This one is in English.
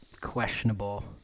questionable